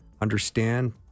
understand